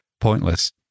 pointless